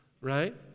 Right